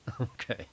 Okay